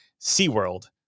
SeaWorld